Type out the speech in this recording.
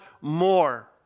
more